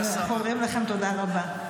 אנחנו אומרים לכן תודה רבה.